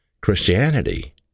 Christianity